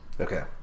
Okay